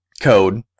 code